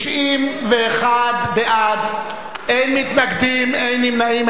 91 בעד, אין מתנגדים, אין נמנעים.